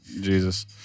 Jesus